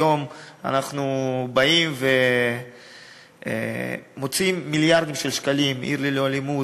היום אנחנו באים ומוציאים מיליארדים של שקלים: "עיר ללא אלימות",